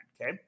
Okay